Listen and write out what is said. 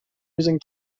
using